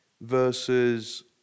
versus